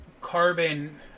carbon